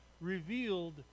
revealed